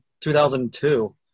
2002